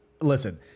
Listen